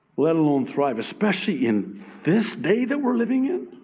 let alone thrive, especially in this day that we're living in,